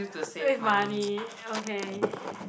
save money okay